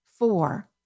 four